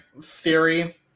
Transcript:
theory